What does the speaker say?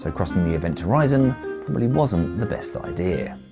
ah crossing the event horizon wasn't the best idea.